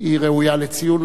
ראויה לציון,